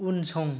उनसं